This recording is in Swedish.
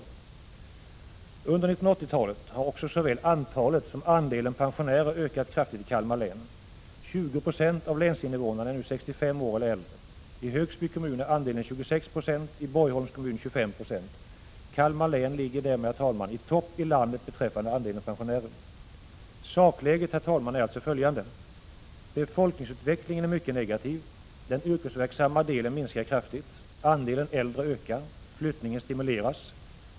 Under 1980-talet har också såväl antalet som andelen pensionärer ökat kraftigt i Kalmar län. 20 96 av länsinnevånarna är nu 65 år eller äldre. I Högsby kommun är andelen 26 26, i Borgholms kommun 25 96. Kalmar län ligger därmed i topp i landet beträffande andelen pensionärer. Sakläget, herr talman, är alltså följande. Befolkningsutvecklingen är mycket negativ. Den yrkesverksamma delen minskar kraftigt. Andelen äldre ökar. Flyttningen stimuleras.